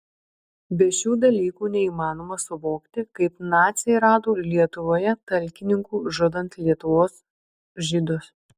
be šių dalykų neįmanoma suvokti kaip naciai rado lietuvoje talkininkų žudant lietuvos žydus